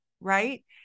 right